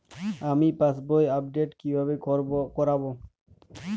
আমি পাসবই আপডেট কিভাবে করাব?